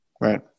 right